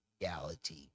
reality